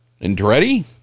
Andretti